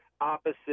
opposite